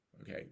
Okay